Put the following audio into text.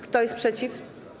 Kto jest przeciw?